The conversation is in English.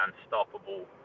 unstoppable